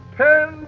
ten